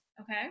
Okay